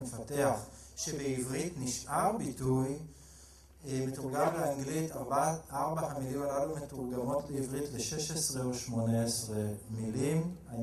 מפתח שבעברית נשאר ביטוי מתורגם לאנגלית - ארבע המילים הללו מתורגמות לעברית ל-16 ול-18 מילים.